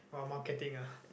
wow marketing ah